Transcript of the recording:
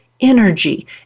energy